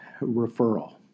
referral